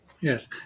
Yes